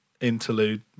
interlude